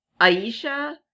Aisha